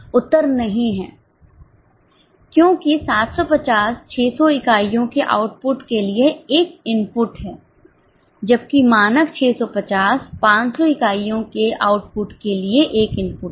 उत्तर नहीं है क्योंकि 750 600 इकाइयों के आउटपुट के लिए एक इनपुट है जबकि मानक 650 500 इकाइयों के आउटपुट के लिए एक इनपुट है